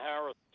Harris